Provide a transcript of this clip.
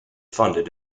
funded